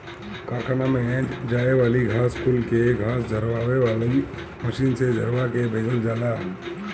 कारखाना में जाए वाली घास कुल के घास झुरवावे वाली मशीन से झुरवा के भेजल जाला